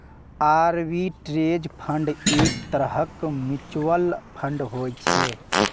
arbitrage fund एक तरहक mutual fund होइ छै